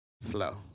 Slow